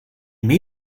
may